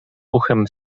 uchem